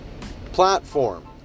Platform